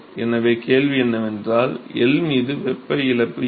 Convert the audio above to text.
எனவே கேள்வி என்னவென்றால் L மீது வெப்ப இழப்பு என்ன